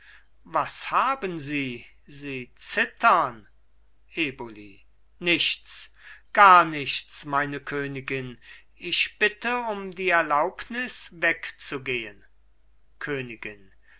was haben sie sie zittern eboli nichts gar nichts meine königin ich bitte um die erlaubnis wegzugehen königin